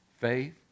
Faith